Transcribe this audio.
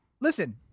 listen